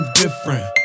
different